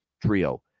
Trio